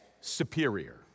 superior